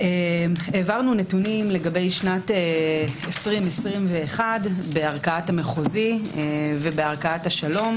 העברנו נתונים לגבי שנת 2021 בערכאת המחוזי ובערכאת השלום,